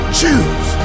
choose